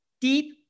deep